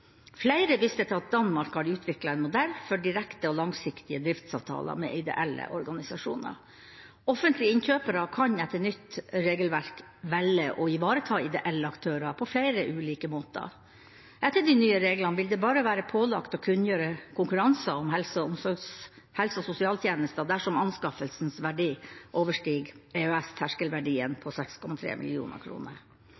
Flere viste til at i Danmark har de utviklet en modell for direkte og langsiktige driftsavtaler med ideelle organisasjoner. Offentlige innkjøpere kan etter nytt regelverk velge å ivareta ideelle aktører på flere ulike måter. Etter de nye reglene vil det bare være pålagt å kunngjøre konkurranser om helse- og sosialtjenester dersom anskaffelsens verdi overstiger